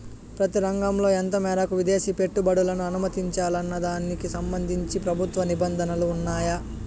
ప్రతి రంగంలో ఎంత మేరకు విదేశీ పెట్టుబడులను అనుమతించాలన్న దానికి సంబంధించి ప్రభుత్వ నిబంధనలు ఉన్నాయా?